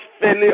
failure